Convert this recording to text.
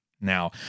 Now